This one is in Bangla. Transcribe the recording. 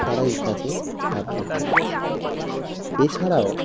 তারা এই কাজে বাধ্য হয় এছাড়াও